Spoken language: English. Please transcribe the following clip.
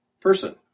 person